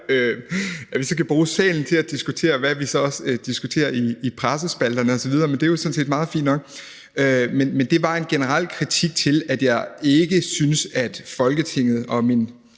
at vi kan bruge salen til at diskutere, hvad vi så også diskuterer i avisspalterne osv., men det er jo sådan set fint nok. Men det var en generel kritik, der gik på, at jeg ikke synes, at Folketinget og mine